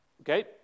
Okay